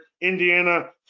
Indiana